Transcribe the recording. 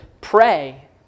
pray